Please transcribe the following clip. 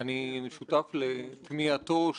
זה משפט מקומם ולא נכון ברמה העובדתית.